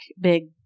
big